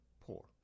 poor